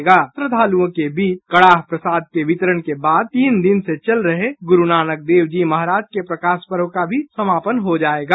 विशेष प्रार्थना और श्रद्वालुओं के बीच कडाह प्रसाद का वितरण के बाद तीन दिन से चल रहे गुरुनानक देव जी महाराज के प्रकाश पर्व का भी समापन हो जायेगा